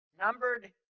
numbered